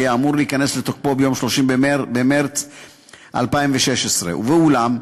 היה אמור להיכנס לתוקפו ביום 30 במרס 2016. ואולם,